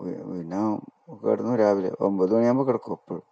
പിന്നെ കിടന്നു രാവിലെ ഒമ്പത് മണിയാകുമ്പോൾ കിടക്കും എപ്പോഴും